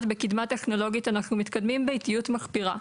בקדמה טכנולוגית אנחנו מתקדמים באיטיות מחפירה.